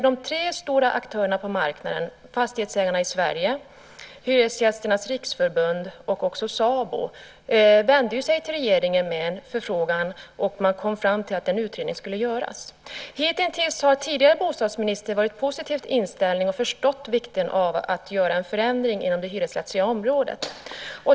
De tre stora aktörerna på marknaden - fastighetsägarna i Sverige, hyresgästernas riksförbund och SABO - vände sig till regeringen med en förfrågan. Man kom fram till att en utredning skulle göras. Hittills har den tidigare bostadsministern varit positivt inställd och förstått vikten av att göra en förändring inom det hyresrättsliga området.